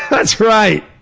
that's right.